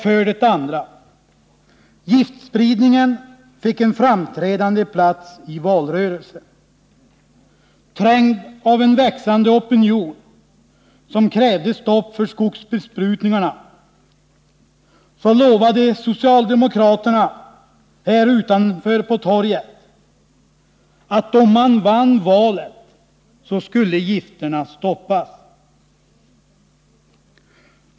För det andra: Giftspridningen fick en framträdande plats i valrörelsen. Trängda av en växande opinion, som krävde stopp för skogsbesprutningarna, lovade socialdemokraterna här utanför på torget att om man vann valet, så skulle gifterna stoppas.